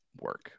work